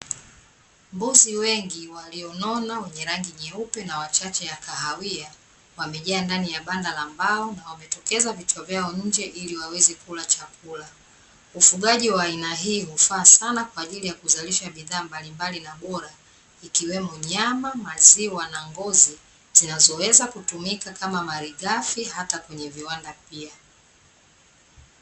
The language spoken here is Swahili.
Mbuzi wengi walionona wenye rangi nyeupe na wachache ya kahawia, wamejaa ndani ya banda la mbao na wametokeza vichwa vyao nje ili waweze kula chakula. Ufugaji wa aina hii hufaa sana kwa ajili ya kuzalisha bidhaa mbalimbali na bora, ikiwemo: nyama, maziwa, na ngozi zinazoweza kutumika kama malighafi hata kwenye viwanda pia.